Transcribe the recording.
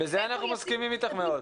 בזה אנחנו מסכימים איתך מאוד.